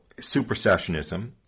supersessionism